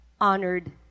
honored